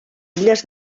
illes